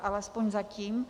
Alespoň zatím.